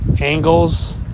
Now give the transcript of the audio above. angles